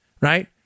Right